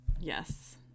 yes